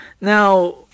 Now